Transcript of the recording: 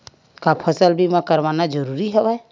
का फसल बीमा करवाना ज़रूरी हवय?